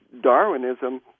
Darwinism